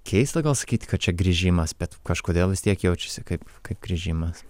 keista gal sakyti kad čia grįžimas bet kažkodėl vis tiek jaučiasi kaip kaip grįžimas